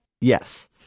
Yes